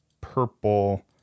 purple